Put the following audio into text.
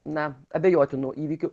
na abejotinų įvykių